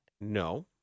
No